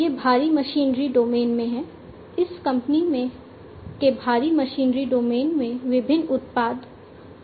यह भारी machinery domain में है इस कंपनी के भारी मशीनरी डोमेन में विभिन्न उत्पाद हैं